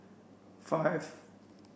five